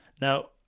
Now